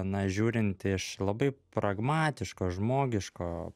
na žiūrint iš labai pragmatiško žmogiško